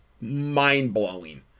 mind-blowing